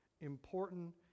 important